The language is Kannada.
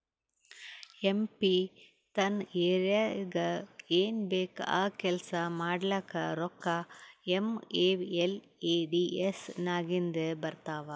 ಎಂ ಪಿ ತನ್ ಏರಿಯಾಗ್ ಏನ್ ಬೇಕ್ ಆ ಕೆಲ್ಸಾ ಮಾಡ್ಲಾಕ ರೋಕ್ಕಾ ಏಮ್.ಪಿ.ಎಲ್.ಎ.ಡಿ.ಎಸ್ ನಾಗಿಂದೆ ಬರ್ತಾವ್